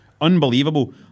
Unbelievable